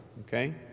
okay